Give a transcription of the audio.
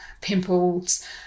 pimples